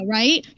right